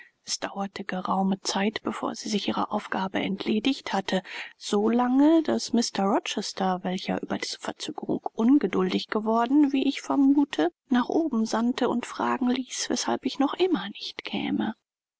es dauerte geraume zeit bevor sie sich ihrer aufgabe entledigt hatte so lange daß mr rochester welcher über diese verzögerung ungeduldig geworden wie ich vermute nach oben sandte und fragen ließ weshalb ich noch immer nicht käme